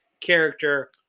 character